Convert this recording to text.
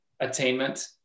Attainment